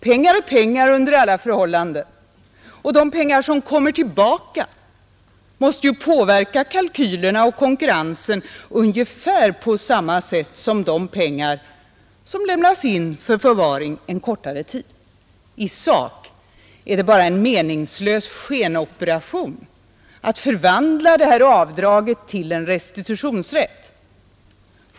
Pengar är pengar under alla förhållanden, och de pengar som kommer tillbaka måste ju påverka kalkylerna och konkurrensen. Pengarna har ju bara varit inlämnade för ”förvaring” en kortare tid. I sak är det bara en meningslös skenoperation att förvandla det här avdraget till en restitutionsrätt.